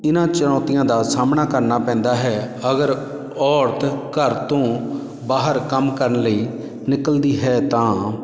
ਇਹਨਾਂ ਚੁਣੌਤੀਆਂ ਦਾ ਸਾਹਮਣਾ ਕਰਨਾ ਪੈਂਦਾ ਹੈ ਅਗਰ ਔਰਤ ਘਰ ਤੋਂ ਬਾਹਰ ਕੰਮ ਕਰਨ ਲਈ ਨਿਕਲਦੀ ਹੈ ਤਾਂ